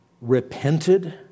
repented